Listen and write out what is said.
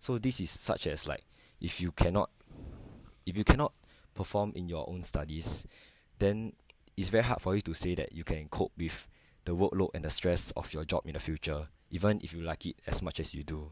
so this is such as like if you cannot if you cannot perform in your own studies then it's very hard for you to say that you can cope with the workload and the stress of your job in the future even if you like it as much as you do